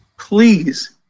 Please